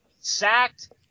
sacked